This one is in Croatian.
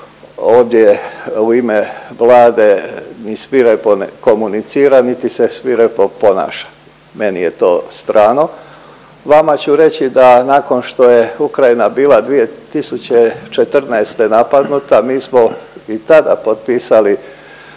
ovdje u ime Vlade ni svirepo ne komunicira niti se svirepo ponaša. Meni je to strano. Vama ću reći da nakon što je Ukrajina bila 2014. napadnuta mi smo i tada potpisali